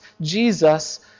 Jesus